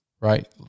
right